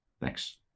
Thanks